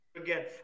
Again